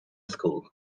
school